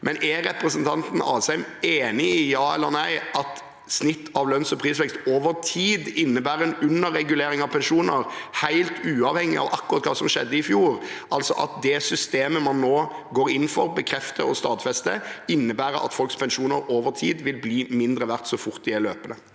Men er representanten Asheim enig i – ja eller nei – at snittet av lønns- og prisvekst over tid innebærer en underregulering av pensjoner, helt uavhengig av akkurat hva som skjedde i fjor, altså at det systemet man nå går inn for, bekrefter og stadfester, innebærer at folks pensjoner over tid vil bli mindre verdt så fort de er løpende?